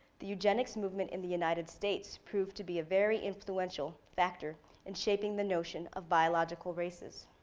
the eugenics movement in the united states proved to be a very influential factor in shaping the notion of biological races.